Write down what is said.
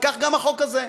וכך גם החוק הזה.